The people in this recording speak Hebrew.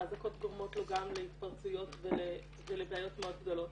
האזעקות גורמות לו גם להתפרצויות ולבעיות מאוד גדולות.